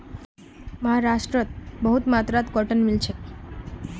महाराष्ट्रत बहुत मात्रात कॉटन मिल छेक